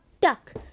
duck